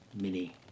mini